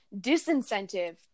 disincentive